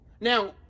Now